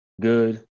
good